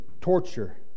torture